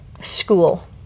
school